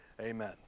Amen